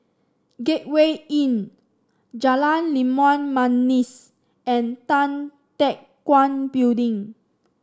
Gateway Inn Jalan Limau Manis and Tan Teck Guan Building